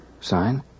Sign